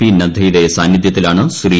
P നദ്ദയുടെ സാന്നിദ്ധ്യത്തിലാണ് ശ്രീ